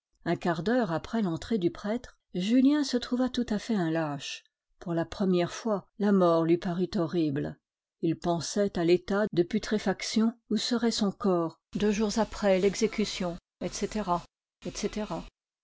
un quart d'heure après l'entrée du prêtre julien se trouva tout à fait un lâche pour la première fois la mort lui parut horrible il pensait à l'état de putréfaction où serait son corps deux jours après l'exécution etc etc